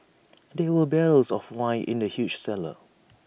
there were barrels of wine in the huge cellar